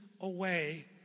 away